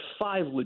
five